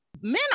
men